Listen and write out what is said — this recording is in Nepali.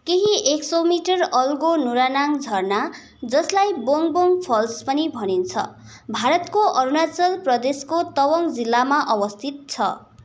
केही एक सय मिटर अग्लो नुरानाङ झरना जसलाई बोङ बोङ फल्स पनि भनिन्छ भारतको अरुणाचल प्रदेशको तवाङ जिल्लामा अवस्थित छ